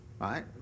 right